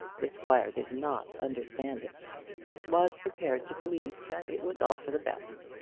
the squire did not understand it, but was prepared to believe that it was all for the best.